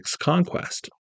conquest